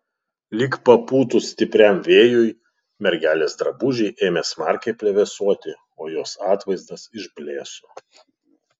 lyg papūtus stipriam vėjui mergelės drabužiai ėmė smarkiai plevėsuoti o jos atvaizdas išblėso